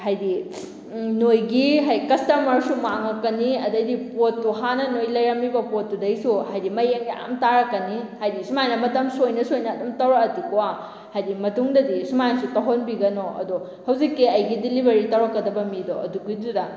ꯍꯥꯏꯗꯤ ꯅꯣꯏꯒꯤ ꯀꯁꯇꯃꯔꯁꯨ ꯃꯥꯡꯉꯛꯀꯅꯤ ꯑꯗꯒꯤ ꯄꯣꯠꯇꯨ ꯍꯥꯟꯅ ꯅꯣꯏ ꯂꯩꯔꯝꯃꯤꯕ ꯄꯣꯠꯇꯨꯗꯩꯁꯨ ꯍꯥꯏꯗꯤ ꯃꯌꯦꯡ ꯌꯥꯝ ꯇꯥꯔꯛꯀꯅꯤ ꯍꯥꯏꯗꯤ ꯁꯨꯃꯥꯏꯅ ꯃꯇꯝ ꯁꯣꯏꯅ ꯁꯣꯏꯅ ꯑꯗꯨꯝ ꯇꯧꯔꯛꯑꯗꯤꯀꯣ ꯍꯥꯏꯗꯤ ꯃꯇꯨꯡꯗꯗꯤ ꯁꯨꯃꯥꯏꯅꯁꯨ ꯇꯧꯍꯟꯕꯤꯒꯅꯣ ꯑꯗꯣ ꯍꯧꯖꯤꯛꯀꯤ ꯑꯩꯒꯤ ꯗꯤꯂꯤꯚꯔꯤ ꯇꯧꯔꯛꯀꯗꯕ ꯃꯤꯗꯣ ꯑꯗꯨꯒꯤꯗꯨꯗ